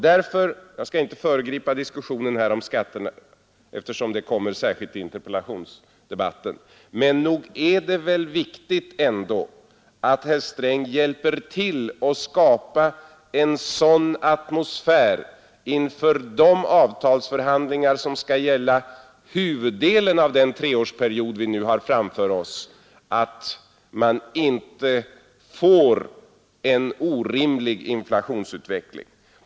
Jag skall inte föregripa den diskussion om skatterna som skall föras i den kommande interpellationsdebatten, men nog är det väl ändå viktigt att herr Sträng hjälper till att skapa en sådan atmosfär inför de avtalsförhandlingar som skall gälla huvuddelen av den treårsperiod vi nu har framför oss, att vi inte får en orimlig inflationsutveckling.